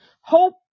Hope